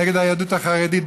נגד היהדות החרדית,